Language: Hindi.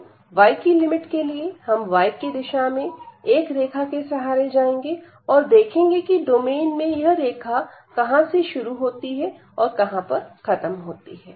तो y की लिमिट के लिए हम y दिशा में एक रेखा के सहारे जाएंगे और देखेंगे कि डोमेन में यह रेखा कहां से शुरू होती है और कहां पर खत्म होती है